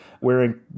wearing